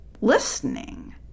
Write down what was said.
listening